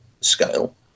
scale